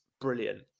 brilliant